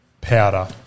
powder